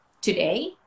today